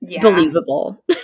believable